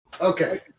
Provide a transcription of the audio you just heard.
Okay